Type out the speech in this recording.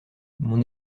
mon